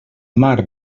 mar